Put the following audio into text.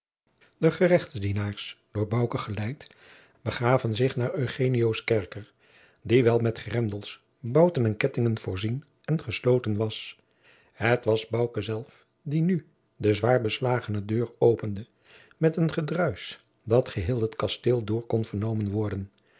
de gerechtsdienaars door bouke geleid begaven zich naar eugenioos kerker die wel met grendels jacob van lennep de pleegzoon bouten en kettingen voorzien en gesloten was het was bouke zelf die nu de zwaar beslagene deur opende met een gedruis dat geheel het kasteel door kon vernomen worden